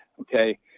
Okay